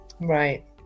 Right